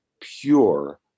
pure